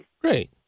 Great